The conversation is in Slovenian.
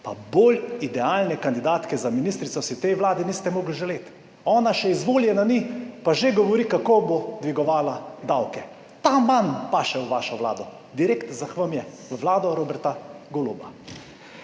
Pa bolj idealne kandidatke za ministrico si v tej Vladi niste mogli želeti. Ona še izvoljena ni, pa že govori kako bo dvigovala davke. Ta manj paše v vašo Vlado, direktno za k vam je v vlado Roberta Goloba.